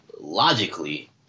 logically